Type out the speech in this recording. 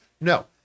No